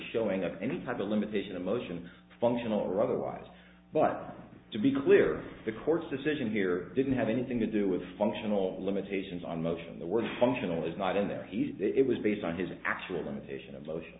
showing of any type a limitation of motion functional rather wild but to be clear the court's decision here didn't have anything to do with functional limitations on motion the work functional is not in that it was based on his actual limitation of motion